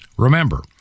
Remember